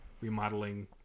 remodeling